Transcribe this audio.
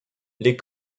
les